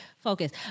Focus